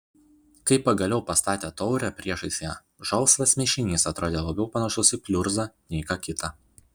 kai pagaliau pastatė taurę priešais ją žalsvas mišinys atrodė labiau panašus į pliurzą nei ką kitą